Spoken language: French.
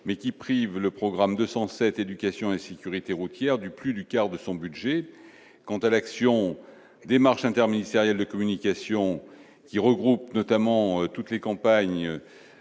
mais qui prive le programme 217 Éducation et sécurité routière du plus du quart de son budget, quant à l'action démarche interministériel de communication qui regroupe notamment toutes les campagnes